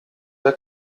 der